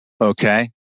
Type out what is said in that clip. Okay